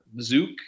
Zook